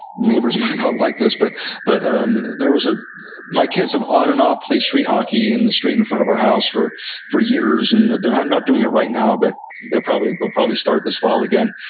neighbors might not like this, but but um there was, ah my kids have on and off played street hockey in the street in front of our house for for years. and they're not not doing it right now, but they'll probably they'll probably start this fall again.